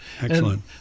Excellent